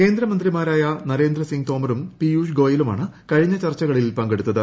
കേന്ദ്രമന്ത്രിമാരായ നരേന്ദ്ര സിംഗ് തോമറും പീയൂഷ് ഗോയലുമാണ് കഴിഞ്ഞ ചർച്ചകളിൽ പങ്കെടുത്തത്